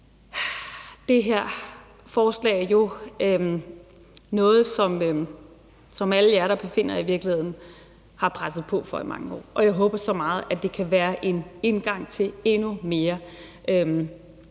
det her forslag jo noget, som alle jer, der befinder jer i virkeligheden, har presset på for i mange år, og jeg håber så meget, at det kan være en indgang til endnu mere.